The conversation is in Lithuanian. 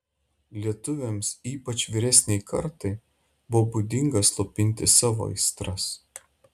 lietuviams ypač vyresnei kartai buvo būdinga slopinti savo aistras